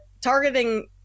targeting